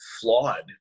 flawed